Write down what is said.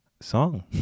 song